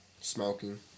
Smoking